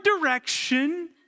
direction